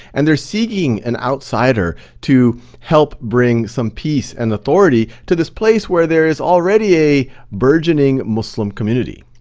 and they're seeking an outsider to help bring some peace and authority to this place where there is already a burgeoning muslim community.